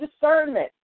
discernment